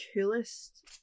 coolest